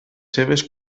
seves